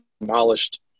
demolished